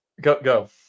go